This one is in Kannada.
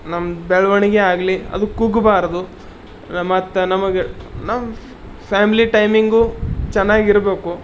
ನಮ್ಮ ಬೆಳವಣ್ಗೆ ಆಗಲಿ ಅದು ಕುಗ್ಗಬಾರ್ದು ಮತ್ತು ನಮಗೆ ನಮ್ಮ ಫ್ಯಾಮ್ಲಿ ಟೈಮಿಂಗೂ ಚೆನ್ನಾಗಿರ್ಬೇಕು